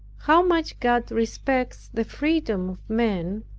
how much god respects the freedom of man,